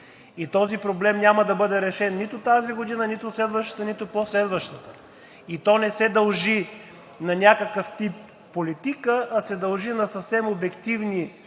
И този проблем няма да бъде решен нито тази година, нито следващата, нито по следващата. И то не се дължи на някакъв тип политика, а се дължи на съвсем обективни